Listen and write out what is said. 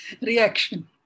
reaction